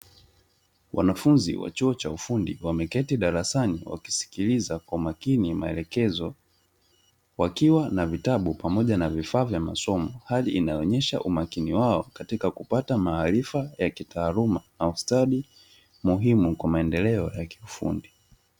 Wanafunzi wa chuo cha ufundi wameketi darasani wakisikiliza kwa umakini maelekezo wakiwa na vitabu pamoja na vifaa vya masomo, hali inayoonyesha umakini wao katika kupata maarifa ya kitaaluma na ustadi muhimu kwa maendeleo ya kiufundi.